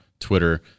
twitter